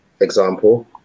example